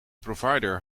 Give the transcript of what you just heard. provider